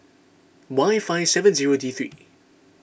Y five seven zero D three